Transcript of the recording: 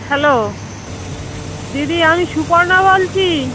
hello দিদি আমি সুপর্ণা বলছি